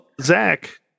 Zach